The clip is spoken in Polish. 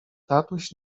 tatuś